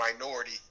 minority